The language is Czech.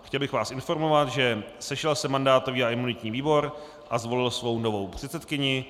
Chtěl bych vás informovat, že se sešel mandátový a imunitní výbor a zvolil svou novou předsedkyni.